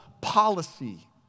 policy